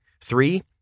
three